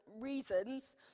reasons